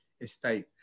estate